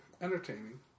Entertaining